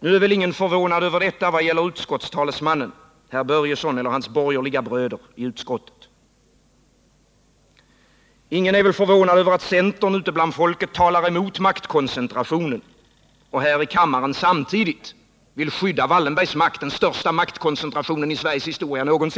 Nu är väl ingen förvånad över detta vad gäller utskottstalesmannen, herr Börjesson, eller hans borgerliga bröder i utskottet. Ingen är väl förvånad över att centern ute bland folket talar emot maktkoncentrationen och här i kammaren samtidigt vill skydda Wallenbergs makt, den största maktkoncentrationen någonsin i Sveriges historia.